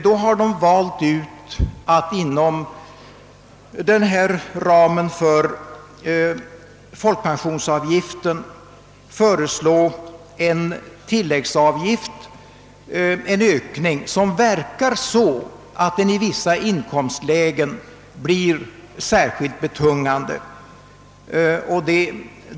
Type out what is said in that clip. De har då valt att inom ramen för folkpensionsavgiften föreslå en tilläggsavgift, en ökning som verkar så att den i vissa inkomstlägen blir särskilt betungande.